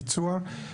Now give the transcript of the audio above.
ביצוע,